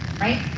Right